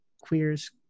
Queers